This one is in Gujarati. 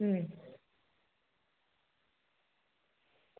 હમ